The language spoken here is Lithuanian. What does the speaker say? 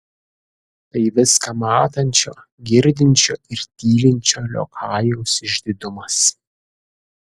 tai viską matančio girdinčio ir tylinčio liokajaus išdidumas